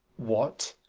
what?